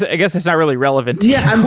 ah guess it's not really relevant. yeah.